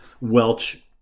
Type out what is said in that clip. Welch